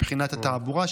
בתעבורה,